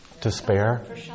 Despair